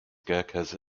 gurkhas